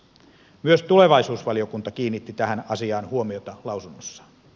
myös tulevaisuusvaliokunta kiinnitti tähän asiaan huomiota lausunnossaan